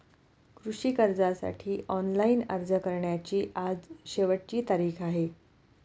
कृषी कर्जासाठी ऑनलाइन अर्ज करण्याची आज शेवटची तारीख आहे